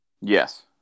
Yes